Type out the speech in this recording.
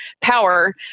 power